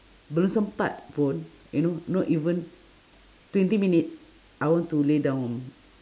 belum sempat pun you know not even twenty minutes I want to lay down